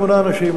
משמונה אנשים,